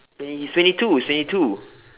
twenty he's twenty two he's twenty two